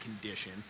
condition